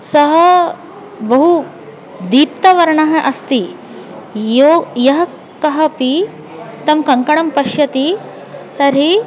सः बहु दीप्तवर्णः अस्ति यो यः कः अपि तं कङ्कणं पश्यति तर्हि